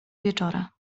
wieczora